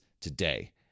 today